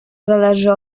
zależy